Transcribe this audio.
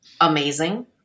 amazing